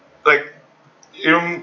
like in